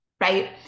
right